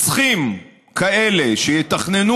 בדיוק כדי למנוע חוליות כאלה ורוצחים כאלה שיתכננו